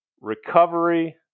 recovery